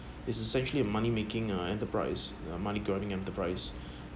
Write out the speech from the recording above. it's essentially a money making uh enterprise money grubbing enterprise